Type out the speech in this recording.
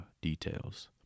details